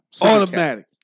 Automatic